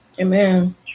Amen